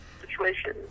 situation